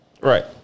Right